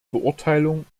beurteilung